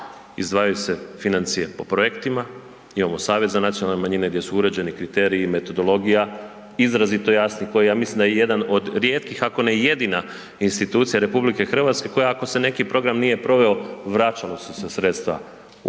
Izdvajaju se financije po projektima, imamo Savez za nacionalne manjine gdje su uređeni kriteriji, metodologija, izrazito jasni koji ja mislim da je jedan od rijetkih ako ne i jedina institucija RH koja ako se neki program nije proveo, vraćala su se sredstva u